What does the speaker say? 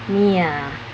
ya